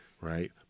Right